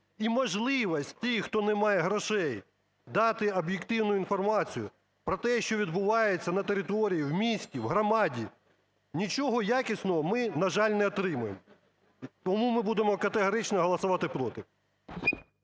і можливості тих, хто не має грошей, дати об'єктивну інформацію про те, що відбувається на території, в місті, в громаді, нічого якісного ми, на жаль, не отримаємо. Тому ми будемо категорично голосувати проти.